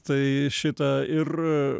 tai šita ir